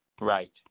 Right